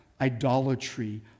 idolatry